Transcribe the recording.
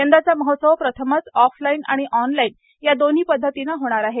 यंदाचा महोत्सव प्रथमच ऑफलाइन आणि ऑनलाइन या दोन्ही पद्धतीनं होणार आहे